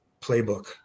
playbook